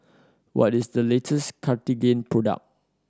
what is the latest Cartigain product